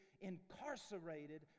incarcerated